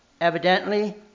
evidently